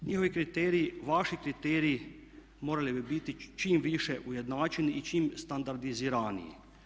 I ovi kriteriji, vaši kriteriji morali bi biti čim više ujednačeni i čim standardiziraniji.